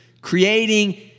creating